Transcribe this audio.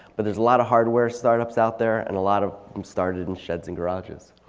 but there's a lot of hardware startups out there and a lot of them started in sheds and garages.